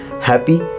happy